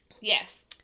yes